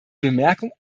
bemerkung